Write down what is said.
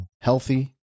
healthy